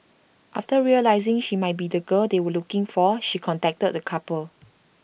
after realising she might be the girl they were looking for she contacted the couple